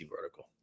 vertical